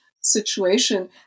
situation